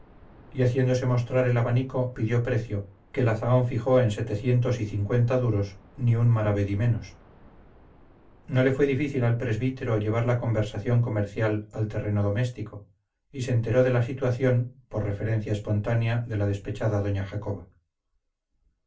y haciéndose mostrar el abanico pidió precio que la zahón fijó en setecientos y cincuenta duros ni un maravedí menos no le fue difícil al presbítero llevar la conversación comercial al terreno doméstico y se enteró de la situación por referencia espontánea de la despechada doña jacoba